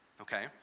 okay